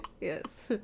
Yes